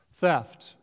theft